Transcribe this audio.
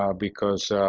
um because